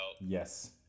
Yes